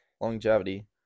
longevity